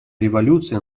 революция